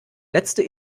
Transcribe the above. letzte